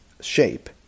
shape